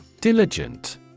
Diligent